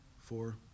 four